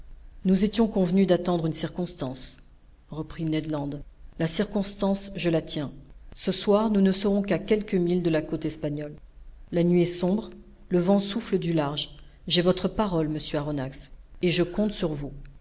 nous étions convenus d'attendre une circonstance reprit ned land la circonstance je la tiens ce soir nous ne serons qu'à quelques milles de la côte espagnole la nuit est sombre le vent souffle du large j'ai votre parole monsieur aronnax et je compte sur vous